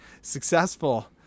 successful